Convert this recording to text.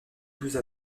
douze